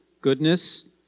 goodness